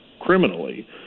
criminally